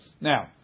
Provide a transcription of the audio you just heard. Now